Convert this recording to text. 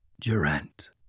Durant